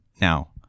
now